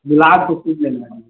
गुलाबके फूल लेना रहै